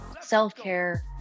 self-care